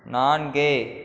நான்கு